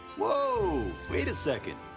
whoa, wait a second!